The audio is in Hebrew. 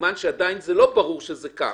סימן שעדיין לא ברור שזה כך,